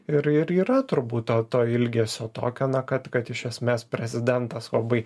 ir ir yra turbūt to to ilgesio tokio na kad kad iš esmės prezidentas labai